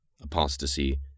apostasy